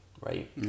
right